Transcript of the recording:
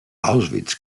auschwitz